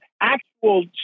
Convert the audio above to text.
actual